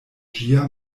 ĝia